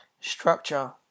structure